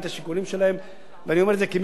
ואני אומר את זה כמי שהיה ראש ועדת שרים לחקיקה,